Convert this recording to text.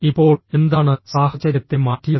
ഇപ്പോൾ എന്താണ് സാഹചര്യത്തെ മാറ്റിയത്